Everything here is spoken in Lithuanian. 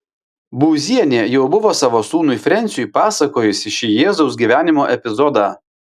būzienė jau buvo savo sūnui frensiui pasakojusi šį jėzaus gyvenimo epizodą